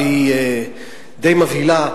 והיא די מבהילה,